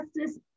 Justice